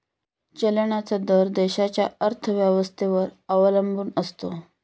चलनाचा दर देशाच्या अर्थव्यवस्थेवर अवलंबून असतो